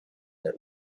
that